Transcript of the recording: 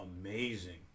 amazing